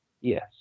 Yes